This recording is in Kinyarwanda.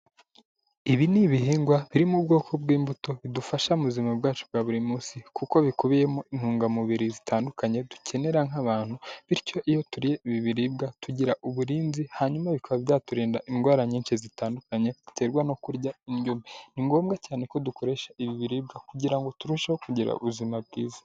Ibi ni ibihingwa biri mu bwoko bw'imbuto bidufasha mu buzima bwacu bwa buri munsi kuko bikubiyemo intungamubiri zitandukanye dukenera nk'abantu, bityo iyo turiye ibi biribwa tugira uburinzi hanyuma bikaba byaturinda indwara nyinshi zitandukanye duterwa no kurya indyo mbi, ni ngombwa cyane ko dukoresha ibi biribwa kugira ngo turusheho kugira ubuzima bwiza.